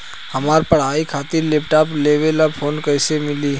हमार पढ़ाई खातिर लैपटाप लेवे ला लोन कैसे मिली?